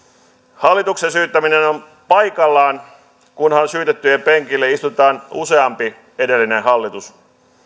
hallituksen syyttäminen on on paikallaan kunhan syytettyjen penkille istutetaan useampi edellinen hallitus